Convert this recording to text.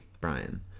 Brian